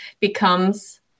becomes